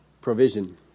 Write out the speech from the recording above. Provision